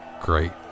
great